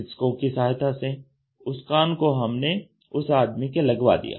चिकित्सकों की सहायता से उस कान को हमने उस आदमी के लगवा दिया